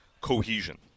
cohesion